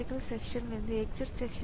B கன்ட்ரோலரை நாம் வைத்திருக்க முடியும்